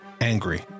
angry